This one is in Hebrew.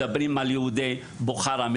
מדברים על יהודי בוכרה.